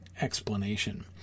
explanation